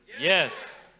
Yes